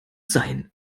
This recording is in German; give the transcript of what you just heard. sein